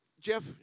Jeff